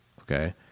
Okay